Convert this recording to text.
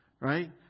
right